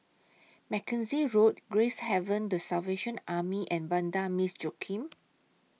Mackenzie Road Gracehaven The Salvation Army and Vanda Miss Joaquim